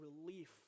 relief